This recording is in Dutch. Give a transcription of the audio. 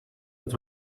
het